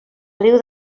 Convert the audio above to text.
riu